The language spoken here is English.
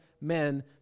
men